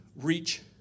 reach